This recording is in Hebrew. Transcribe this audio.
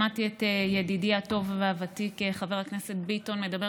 שמעתי את ידידי הטוב והוותיק חבר הכנסת ביטון מדבר